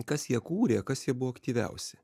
kas ją kūrė kas jie buvo aktyviausi